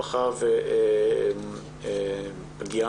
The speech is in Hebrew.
חייבים לרדת לשטח,